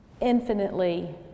infinitely